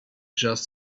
just